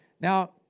Now